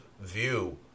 view